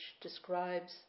describes